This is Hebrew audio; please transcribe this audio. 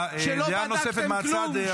שלא בדקתם כלום,